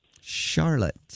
Charlotte